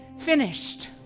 finished